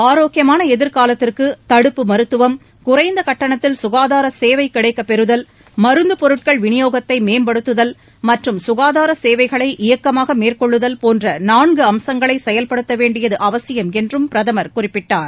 ஆரோக்கியமான எதிர்காலத்திற்கு தடுப்பு மருத்துவம் குறைந்த கட்டணத்தில் சுகாதார சேவை கிடைக்கப் பெறுதல் மருந்து பொருட்கள் விநியோகத்தை மேம்படுத்துதல் மற்றும் ககாதார சேவைகளை இயக்கமாக மேற்கொள்ளுதல் போன்ற நான்கு அம்சங்களை செயல்படுத்த வேன்டியது அவசியம் என்றம் பிரதமர் குறிப்பிட்டார்